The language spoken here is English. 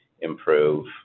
improve